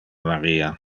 maria